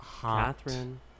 Catherine